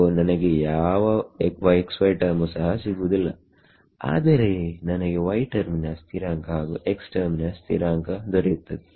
ಸೋನನಗೆ ಯಾವ xy term ಸಹ ಸಿಗುವುದಿಲ್ಲ ಆದರೆ ನನಗೆ y ಟರ್ಮಿನ ಸ್ಥಿರಾಂಕ ಹಾಗು x ಟರ್ಮಿನ ಸ್ಥಿರಾಂಕ ದೊರೆಯುತ್ತದೆ